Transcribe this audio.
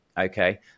Okay